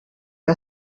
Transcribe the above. que